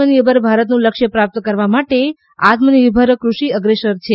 આત્મનિર્ભર ભારતનું લક્ષ્ય પ્રાપ્ત કરવા માટે આત્મનિર્ભર કૃષિ અગ્રેસર છે